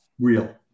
Real